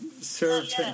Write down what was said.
serve